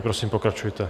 Prosím, pokračujte.